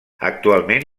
actualment